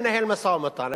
לנהל משא-ומתן.